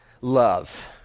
Love